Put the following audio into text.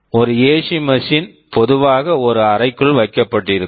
ஒரு AC machine AC Machine பொதுவாக ஒரு அறைக்குள் வைக்கப்பட்டிருக்கும்